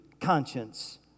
conscience